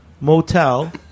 motel